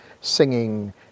singing